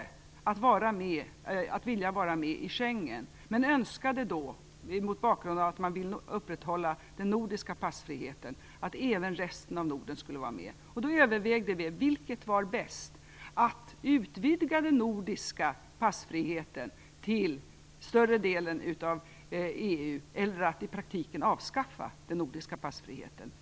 Danmark valde att vilja vara med i Schengensamarbetet men önskade då mot bakgrund av att man ville upprätthålla den nordiska passfriheten att även resten av Norden skulle vara med. Vi övervägde då vilket som var bäst: att utvidga den nordiska passfriheten till större delen av EU eller att i praktiken avskaffa den nordiska passfriheten.